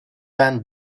van